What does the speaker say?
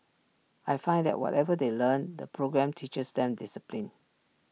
I find that whatever they learn the programme teaches them discipline